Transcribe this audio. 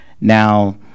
Now